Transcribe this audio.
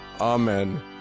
Amen